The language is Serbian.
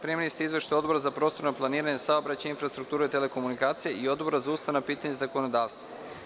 Primili ste izveštaje Odbora za prostorno planiranje, saobraćaj, infrastrukturu i telekomunikacije i Odbora za ustavna pitanja i zakonodavstvo.